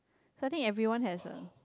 so I think everyone has a